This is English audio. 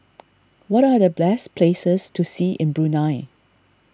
what are the best places to see in Brunei